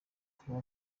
kuba